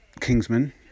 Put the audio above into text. Kingsman